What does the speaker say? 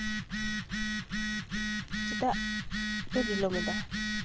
ᱪᱮᱫᱟᱜ ᱯᱮ ᱵᱤᱞᱚᱢᱮᱫᱟ